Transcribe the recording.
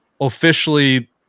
officially